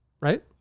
right